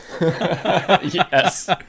yes